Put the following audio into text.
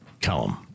Callum